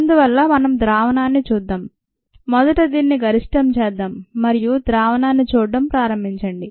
అందువల్ల మనం ద్రావణాన్ని చూద్దాం మొదట దీనిని గరిష్టం చేద్దాం మరియు ద్రావణాన్ని చూడటం ప్రారంభించండి